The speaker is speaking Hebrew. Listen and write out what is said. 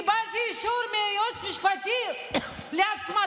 קיבלתי אישור מהייעוץ המשפטי להצמדה,